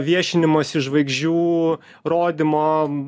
viešinimosi žvaigždžių rodymo